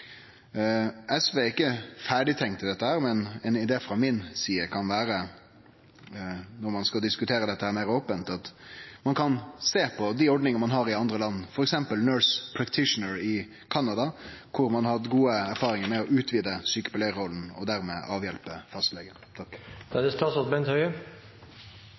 SV har ikkje tenkt ferdig når det gjeld dette, men ein idé frå mi side kan vere – når ein skal diskutere dette meir opent – at ein kan sjå på ordningar ein har i andre land, f.eks. ordninga med «nurse practitioner» i Canada, der ein har hatt gode erfaringar med å utvide sjukepleiarrolla og dermed kunne avhjelpe fastlegen. I Norge brukes det